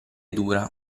dura